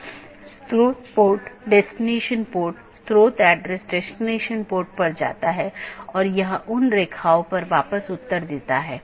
इसके बजाय हम जो कह रहे हैं वह ऑटॉनमस सिस्टमों के बीच संचार स्थापित करने के लिए IGP के साथ समन्वय या सहयोग करता है